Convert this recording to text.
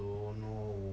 no